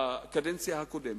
בקדנציה הקודמת,